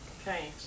Okay